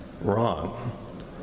Wrong